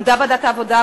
עמדה ועדת העבודה,